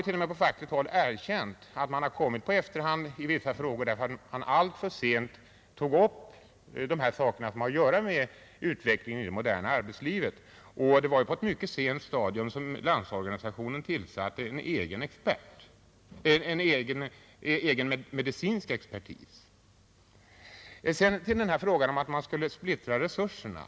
T. o. m. på fackligt håll har man erkänt att man har kommit på efterkälken i vissa frågor därför att man alltför sent har tagit upp sådana saker som har samband med utvecklingen inom det moderna arbetslivet. Det var på ett mycket sent stadium som Landsorganisationen tillsatte en egen medicinsk expert. Sedan vill jag gå över till frågan om man skulle ”splittra resurserna”.